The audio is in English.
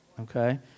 okay